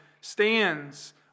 stands